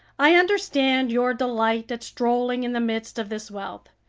i understand your delight at strolling in the midst of this wealth.